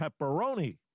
pepperoni